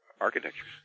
architectures